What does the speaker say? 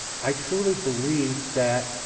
i truly believe that